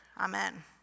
Amen